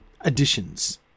additions